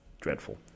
dreadful